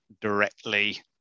directly